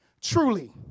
truly